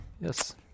Yes